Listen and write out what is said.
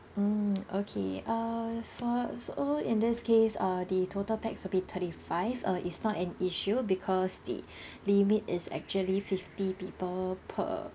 mm okay uh for so in this case uh the total pax will be thirty five uh is not an issue because the limit is actually fifty people per